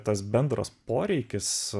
tas bendras poreikis